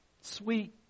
sweet